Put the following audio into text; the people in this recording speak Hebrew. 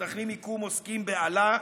מתנחלים הכו מוסקים באלה,